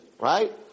Right